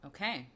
Okay